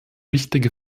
wichtige